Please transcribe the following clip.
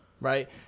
right